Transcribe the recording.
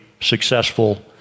successful